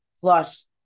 plus